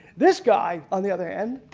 this guy on the other hand,